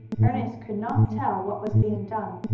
ernest could not tell what was being done,